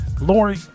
Lori